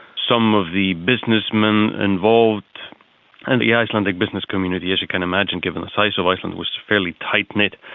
some of the businessmen involved and the icelandic business community, as you can imagine given the size of iceland, was fairly tight knit.